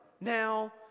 now